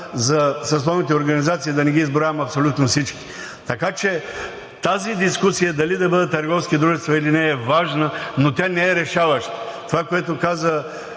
– съсловните организации да не ги изброявам абсолютно всички. Така че дискусията дали да бъдат търговски дружества или не, е важна, но тя не е решаваща. Това, което каза